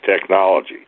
Technology